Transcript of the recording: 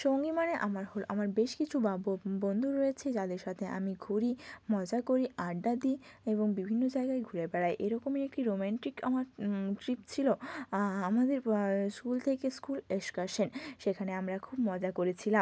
সঙ্গী মানে আমার হলো আমার বেশ কিছু বা বন্ধু রয়েছে যাদের সাথে আমি ঘুরি মজা করি আড্ডা দিই এবং বিভিন্ন জায়গায় ঘুরে বেড়াই এরকমই একটি রোম্যান্টিক আমার ট্রিপ ছিলো আমাদের স্কুল থেকে স্কুল এসকারশন সেখানে আমরা খুব মজা করেছিলাম